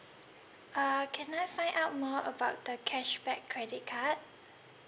uh can I find out more about the cashback credit card